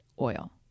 oil